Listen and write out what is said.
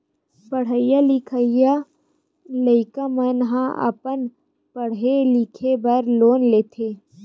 पड़हइया लिखइया लइका मन ह अपन पड़हे लिखे बर लोन लेथे